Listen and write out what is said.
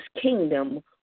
kingdom